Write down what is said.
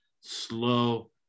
slow